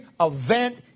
event